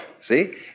see